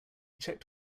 checked